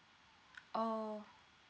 orh